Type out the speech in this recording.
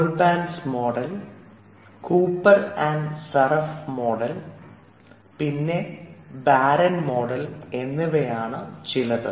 ഗോൽമാന്റെ model Goleman's model Cooper Sawaf model പിന്നെ Bar-On model എന്നിവയാണ് ചിലത്